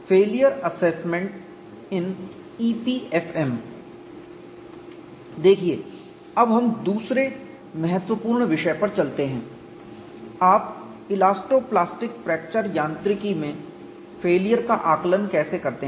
failure assessment in EPFM देखिए अब हम दूसरे महत्वपूर्ण विषय पर चलते हैं आप इलास्टो प्लास्टिक फ्रैक्चर यांत्रिकी में फेलियर का आकलन कैसे करते हैं